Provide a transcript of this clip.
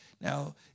Now